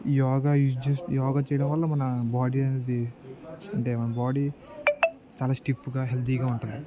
yoga use చేస్త యోగా చేయడం వల్ల మన బాడీ అనేది అంటే మన బాడీ చాలా స్టిఫ్గా హెల్తీగా ఉంటుంది